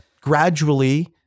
gradually